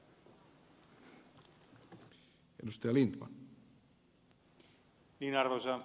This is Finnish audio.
arvoisa puhemies